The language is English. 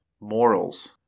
morals